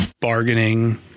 bargaining